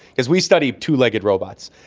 because we study two-legged robots.